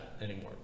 anymore